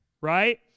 right